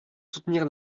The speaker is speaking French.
soutenir